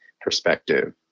perspective